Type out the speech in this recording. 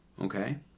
okay